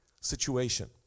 situation